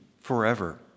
forever